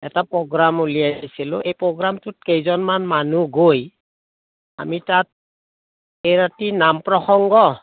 এটা প্ৰগ্ৰাম উলিয়াইছিলোঁ এই প্ৰগ্ৰামটোত কেইজনমান মানুহ গৈ আমি তাত এৰাতি নাম প্ৰ্ৰসংগ